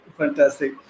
Fantastic